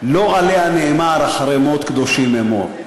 לא עליה נאמר "אחרי מות קדושים אמור".